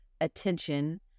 Attention